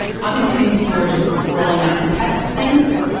obviously, things people were just rolling out to test things,